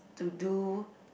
to do